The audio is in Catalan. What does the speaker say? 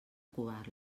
covar